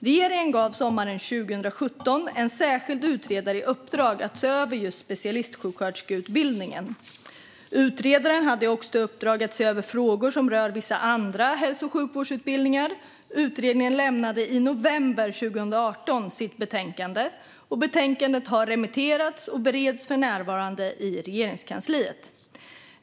Regeringen gav sommaren 2017 en särskild utredare i uppdrag att se över just specialistsjuksköterskeutbildningen. Utredaren hade också i uppdrag att se över frågor som rör vissa andra hälso och sjukvårdsutbildningar. Utredningen lämnade i november 2018 sitt betänkande. Betänkandet har remitterats och bereds för närvarande i Regeringskansliet.